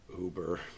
Uber